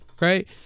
right